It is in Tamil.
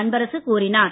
அன்பரசு கூறினார்